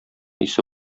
исе